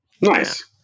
Nice